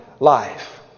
Life